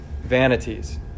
vanities